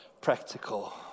practical